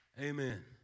amen